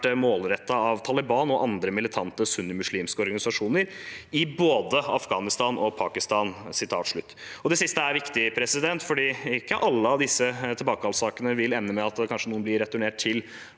målrettet av Taliban og andre militante sunnimuslimske organisasjoner i både Afghanistan og Pakistan. Det siste er viktig fordi ikke alle av disse tilbakekallsakene vil ende med at noen kanskje blir returnert til